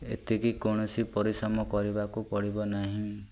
ଏତିକି କୌଣସି ପରିଶ୍ରମ କରିବାକୁ ପଡ଼ିବ ନାହିଁ